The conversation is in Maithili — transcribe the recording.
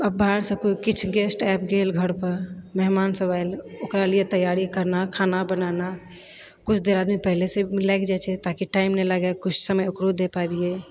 आब बाहरसँ किछु किछु गेस्ट आबि गेल घरपर मेहमान सब आयल ओकरा लियऽ तैयारी करना खाना बनाना किछु देर आदमी पहिनेसँ लागि जाइछे ताकि टाइम नहि लागै कुिछु समय ओकरो दै पाबिये